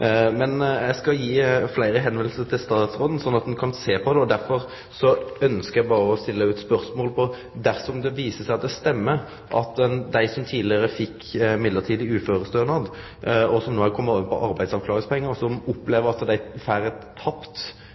Eg kan gi fleire eksempel til statsråden, slik at ho kan sjå på det. Eg ønskjer å stille eit spørsmål: Dersom det viser seg at dette stemmer, at dei som tidlegare fekk midlertidig uførestønad, som no har kome over på arbeidsavklaringspengar, og som opplever at dei